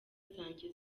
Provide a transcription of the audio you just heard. zanjye